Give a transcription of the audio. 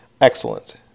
Excellent